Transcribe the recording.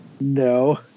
No